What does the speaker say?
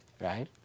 right